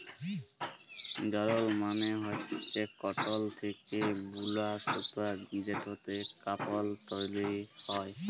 যারল মালে হচ্যে কটল থ্যাকে বুলা সুতা যেটতে কাপল তৈরি হ্যয়